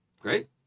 great